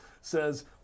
says